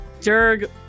Derg